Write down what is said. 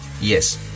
Yes